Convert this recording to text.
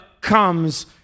comes